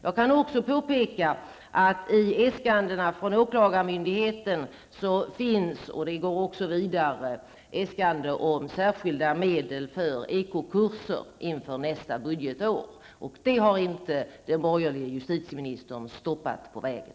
Jag kan också påpeka att det i äskandena från åklagarmyndigheten finns äskande om särskilda medel för ekokurser inför nästa budgetår. Och detta har inte den borgerliga justitieministern stoppat på vägen.